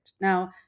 now